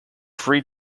free